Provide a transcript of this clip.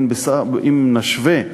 אם נשווה לגברים,